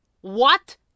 What